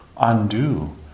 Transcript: undo